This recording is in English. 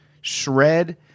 Shred